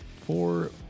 four